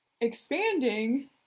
expanding